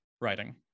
writing